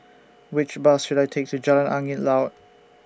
Which Bus should I Take to Jalan Angin Laut